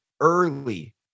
early